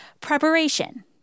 preparation